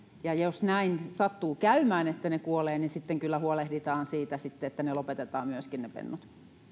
ja jos näin sattuu käymään että emot kuolevat niin sitten kyllä huolehditaan siitä että myöskin pennut